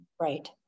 Right